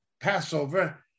Passover